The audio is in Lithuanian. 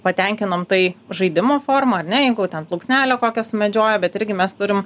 patenkinom tai žaidimo forma ar ne jeigu ten plunksnelę kokią sumedžioja bet irgi mes turim